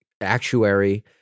actuary